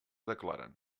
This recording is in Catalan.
declaren